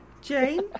Jane